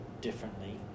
differently